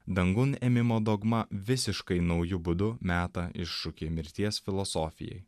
dangun ėmimo dogma visiškai nauju būdu meta iššūkį mirties filosofijai